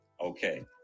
okay